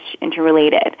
interrelated